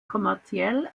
kommerziell